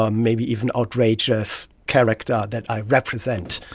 um maybe even outrageous character that i represent,